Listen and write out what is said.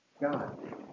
God